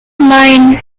nine